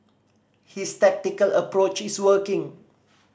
his tactical approach is working